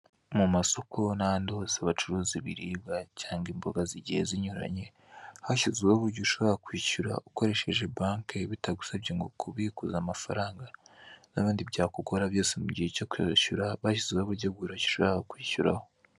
Mu masoko n'ahandi hose bacuruza ibiribwa cyangwa imboga zigiye zinyuranye, hashyinzweho uburyo ushobora kwishyura ukoresheje banki bitagusabye kubikuza amafaranga, n'ibindi byose byakugora mu gihe ugiye kwishyura. Bashyizeho uburyo bworoshye ushobora kwishyuramo.